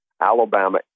Alabama